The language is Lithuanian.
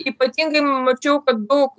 ypatingai mačiau kad daug